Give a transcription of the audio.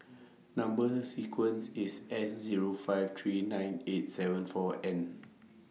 Number sequence IS S Zero five three nine eight seven four N